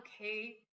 okay